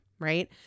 right